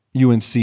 UNC